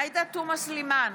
עאידה תומא סלימאן,